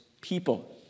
people